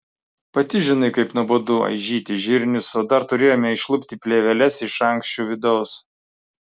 pati žinai kaip nuobodu aižyti žirnius o dar turėjome išlupti plėveles iš ankščių vidaus